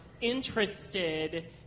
interested